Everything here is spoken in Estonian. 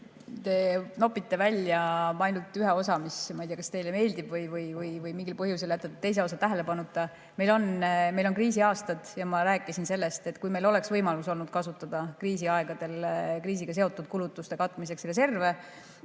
Te nopite välja ainult ühe osa. Ma ei tea, kas teile meeldib või mingil muul põhjusel te jätate teise osa tähelepanuta. Meil on kriisiaastad ja ma rääkisin sellest, et kui meil oleks võimalus olnud kasutada kriisiaegadel kriisiga seotud kulutuste katmiseks reserve,